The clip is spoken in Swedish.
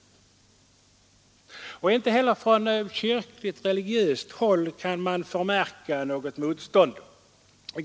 Inte heller från religiöst håll kan man förmärka något motstånd.